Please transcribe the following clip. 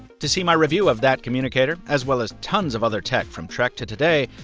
to see my review of that communicator, as well as tons of other tech from trek to today,